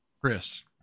Chris